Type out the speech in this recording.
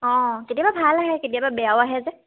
অঁ কেতিয়াবা ভাল আহে কেতিয়াবা বেয়াও আহে যে